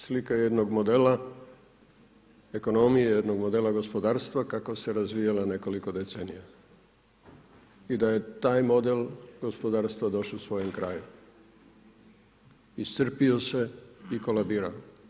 Slika jednog modela, ekonomije, jednog modela gospodarstva kakva je razvijala nekoliko decenija i da je taj model gospodarstva došao svojem kraju, iscrpio sve i kolabirao.